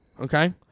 okay